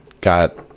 got